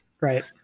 Right